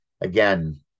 again